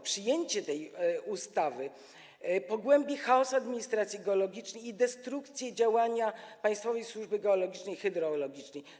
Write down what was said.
Przyjęcie tej ustawy pogłębi chaos administracji geologicznej i destrukcję działania państwowej służby geologicznej i hydrogeologicznej.